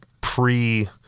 pre